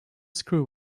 screw